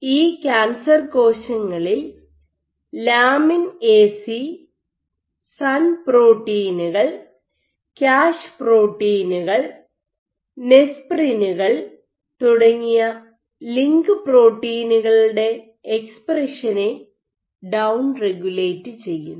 ഈ കാൻസർ കോശങ്ങളിൽ lamin AC SUN പ്രോട്ടീനുകൾ കാഷ് പ്രോട്ടീനുകൾ നെസ്പ്രിനുകൾ lamin AC SUN proteins KASH proteins Nesprins തുടങ്ങിയ ലിങ്ക് പ്രോട്ടീനുകളുടെ എക്സ്പ്രെഷനെ ഡൌൺ റെഗുലേറ്റ് ചെയ്യുന്നു